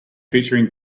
featuring